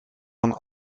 van